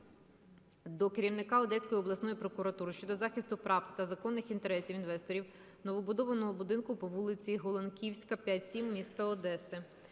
до керівника Одеської обласної прокуратури щодо захисту прав та законних інтересів інвесторів непобудованого будинку по вулиці Головківська, 5-7, міста Одеси.